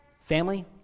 Family